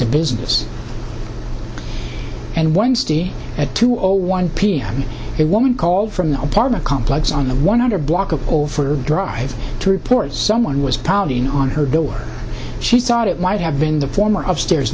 the business and wednesday at two zero one pm it woman called from the apartment complex on the one hundred block of over drive to report someone was pounding on her door she thought it might have been the former up stairs